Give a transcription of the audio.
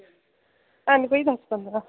हैन कोई दस पंदरां